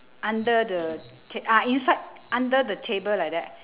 under the t~ ah inside under the table like that